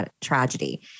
tragedy